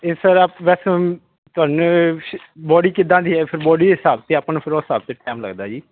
ਅਤੇ ਸਰ ਅ ਮੈਕਸੀਮਮ ਤੁਹਾਨੂੰ ਸ਼ ਬੋਡੀ ਕਿੱਦਾਂ ਦੀ ਹੈ ਫਿਰ ਬੋਡੀ ਹਿਸਾਬ 'ਤੇ ਆਪਾਂ ਨੂੰ ਫਿਰ ਉਹ ਹਿਸਾਬ ਸੇ ਟਾਈਮ ਲੱਗਦਾ ਜੀ